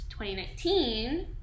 2019